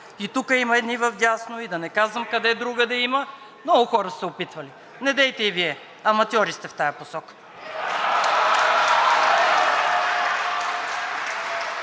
и тук има едни вдясно, и да не казвам къде другаде има. Много хора са се опитвали. Недейте и Вие – аматьори сте в тази посока.